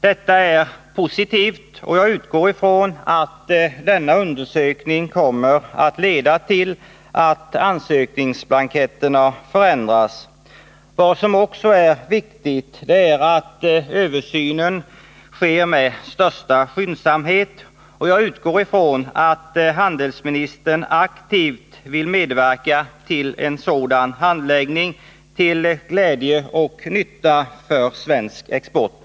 Detta är positivt, och jag utgår ifrån att denna undersökning kommer att leda till att ansökningsblanketterna förändras. Vad som också är viktigt är att översynen sker med största skyndsamhet, och jag utgår från att handelsministern aktivt vill medverka till en sådan handläggning till glädje och nytta för svensk export.